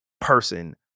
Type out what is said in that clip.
person